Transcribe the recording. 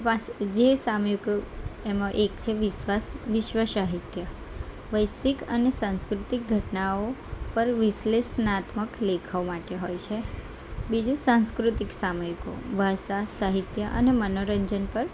જે સામયિકો એમાં એક છે વિશ્વાસ વિશ્વ સાહિત્ય વૈશ્વિક અને સાંસ્કૃતિક ઘટનાઓ પર વિશ્લેષ્ણાત્મક લેખો માટે હોય છે બીજું સાંસ્કૃતિક સામયિકો ભાષા સાહિત્ય અને મનોરંજન પર